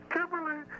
Kimberly